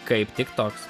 kaip tik toks